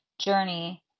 journey